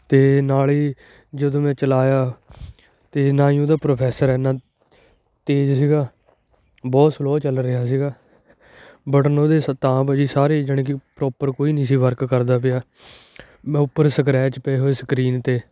ਅਤੇ ਨਾਲ ਹੀ ਜਦੋਂ ਮੈਂ ਚਲਾਇਆ ਅਤੇ ਨਾ ਹੀ ਉਹਦਾ ਪ੍ਰੋਫੈਸਰ ਇੰਨਾਂ ਤੇਜ਼ ਸੀਗਾ ਬਹੁਤ ਸਲੋਅ ਚੱਲ ਰਿਹਾ ਸੀਗਾ ਬਟਨ ਉਹਦੇ ਸ ਤਾਂ ਭਾਅ ਜੀ ਸਾਰੇ ਜਾਣੀ ਕਿ ਪ੍ਰੋਪਰ ਕੋਈ ਨਹੀਂ ਸੀ ਵਰਕ ਕਰਦਾ ਪਿਆ ਮੈਂ ਉੱਪਰ ਸਕਰੈਚ ਪਏ ਹੋਏ ਸਕਰੀਨ 'ਤੇ